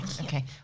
okay